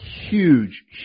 huge